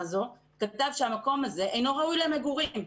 הזו כתב שהמקום הזה אינו ראוי למגורים,